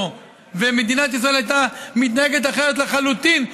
ומדינת ישראל הייתה מתנהגת אחרת לחלוטין,